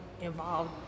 involved